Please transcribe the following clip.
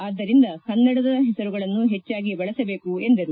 ಆದ್ದರಿಂದ ಕನ್ನಡದ ಹೆಸರುಗಳನ್ನು ಹೆಚ್ಚಾಗಿ ಬಳಸಬೇಕು ಎಂದರು